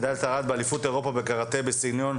נמשיך לייצג את הספורט כי באמת הוא בנשמתי.